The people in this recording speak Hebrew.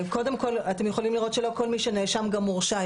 קודם כל אתם יכולים לראות שלא כל מי שנאשם גם מורשע,